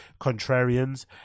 contrarians